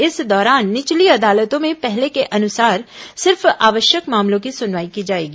इस दौरान निचली अदालतों में पहले के अनुसार सिर्फ आवश्यक मामलों की सुनवाई की जाएगी